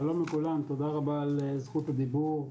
שלום לכולם, תודה רבה על זכות הדיבור.